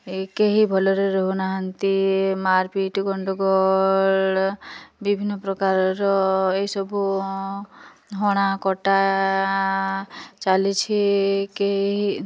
ଏ କେହି ଭଲରେ ରହୁନାହାଁନ୍ତି ମାରପିଟ ଗଣ୍ଡଗୋଳ ବିଭିନ୍ନ ପ୍ରକାରର ଏହିସବୁ ହଣାକଟା ଚାଲିଛି କେହି